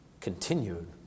continued